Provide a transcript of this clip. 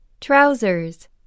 Trousers